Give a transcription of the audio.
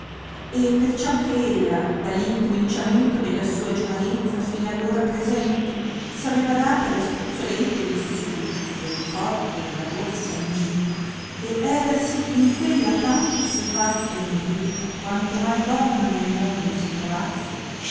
e perciò che ella dall incominciamento della sua giovanezza fin all ora presente s'aveva data alla spuzzolente lussuria del corpo e della borsa nemica e erasi in quella tanto assuefatta e nodrita quanto mai donna nel mondo si trovasse